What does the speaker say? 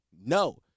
no